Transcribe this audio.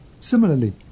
Similarly